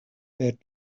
per